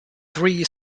three